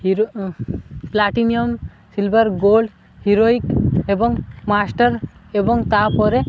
hero platinum silver gold heroic ଏବଂ master ଏବଂ ତାପରେ